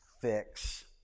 fix